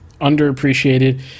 underappreciated